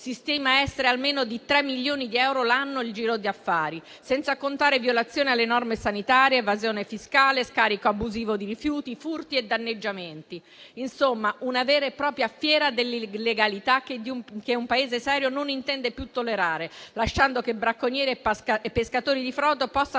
si stima essere di almeno tre milioni di euro l'anno, senza contare le violazioni alle norme sanitarie, l'evasione fiscale, lo scarico abusivo di rifiuti, i furti e i danneggiamenti. Insomma, una vera e propria fiera dell'illegalità, che un Paese serio non intende più tollerare, lasciando che bracconieri e pescatori di frodo possano